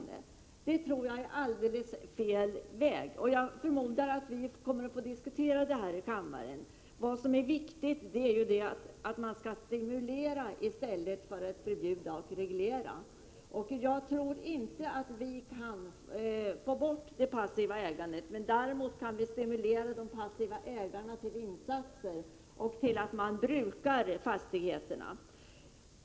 Det tror jag är alldeles fel väg. Jag förmodar att vi kommer att få diskutera det här i kammaren. : Vad som är viktigt är att stimulera i stället för att förbjuda och reglera. Jag tror inte att vi kan få bort det passiva ägandet — däremot kan vi stimulera de passiva ägarna till insatser och till att bruka fastigheterna.